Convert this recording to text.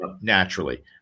naturally